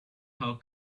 how